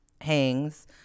hangs